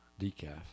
Decaf